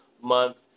month